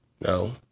No